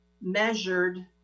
measured